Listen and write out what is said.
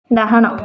ଡାହାଣ